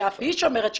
שאף היא שומרת שבת,